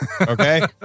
okay